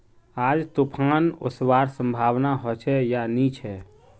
आज तूफ़ान ओसवार संभावना होचे या नी छे?